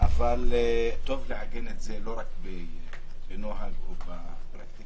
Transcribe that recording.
אבל טוב לעגן את זה לא רק בנוהג ובפרקטיקה,